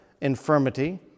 infirmity